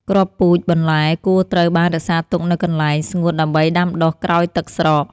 គ្រាប់ពូជបន្លែគួរត្រូវបានរក្សាទុកនៅកន្លែងស្ងួតដើម្បីដាំដុះក្រោយទឹកស្រក។